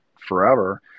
forever